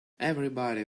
everybody